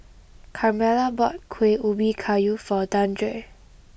Carmella bought Kuih Ubi Kayu for Dandre